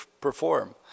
perform